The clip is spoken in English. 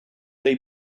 they